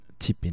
Tipping